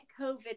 COVID